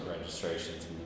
registrations